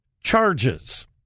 charges